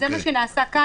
זה מה שנעשה כאן.